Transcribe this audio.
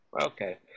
Okay